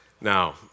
Now